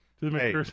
Hey